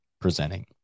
presenting